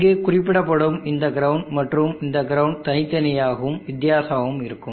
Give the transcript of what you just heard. இங்கு குறிப்பிடப்படும் இந்த கிரவுண்ட் மற்றும் இந்த கிரவுண்ட் தனித்தனியாகவும் வித்தியாசமாகவும் இருக்கும்